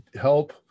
help